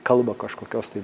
kalba kažkokios tai